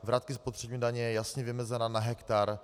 Vratka spotřební daně je jasně vymezena na hektar.